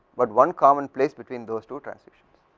but one common place between those two transition.